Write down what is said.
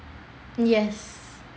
yes